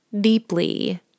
deeply